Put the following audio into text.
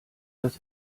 das